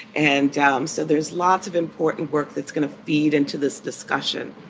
and um so there's lots of important work that's going to feed into this discussion